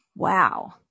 Wow